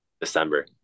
December